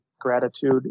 gratitude